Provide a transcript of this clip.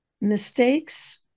mistakes